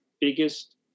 biggest